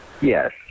Yes